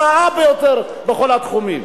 הרעה ביותר בכל התחומים.